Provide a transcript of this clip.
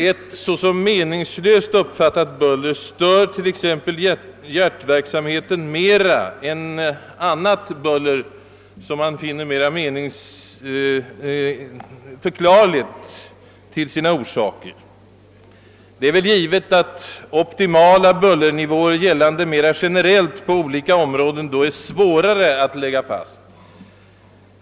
Ett såsom meningslöst uppfattat buller stör t.ex. hjärtverksamheten mera än annat buller, som man finner mera förklarligt till sina orsaker. Det är givet att optimala bullernivåer, gällande mera generellt på olika områden, med hänsyn härtill blir svårare att lägga fast.